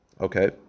Okay